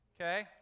okay